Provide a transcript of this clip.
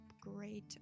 great